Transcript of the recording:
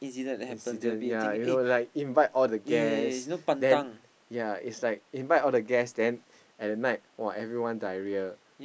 incident yeah you know like invite all the guests then yeah it's like invite all the guests then at the night !wah! everyone diarrhoea